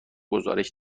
گزارش